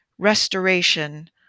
restoration